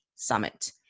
summit